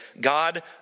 God